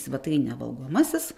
svetainė valgomasis